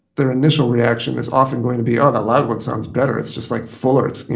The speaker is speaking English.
their initial reaction is often going to be, oh, the loud one sounds better. it's just like fuller. it's, you